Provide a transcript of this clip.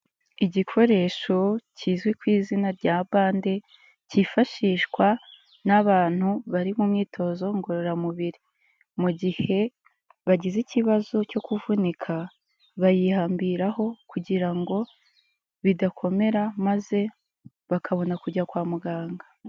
Igikoresho kizwi ku izina rya bande, cyifashishwa n'abantu bari mu myitozo ngororamubiri. Mu gihe bagize ikibazo cyo kuvunika, bayihambiraho kugira ngo bidakomera, maze bakabona kujya kwa muganga.